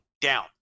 down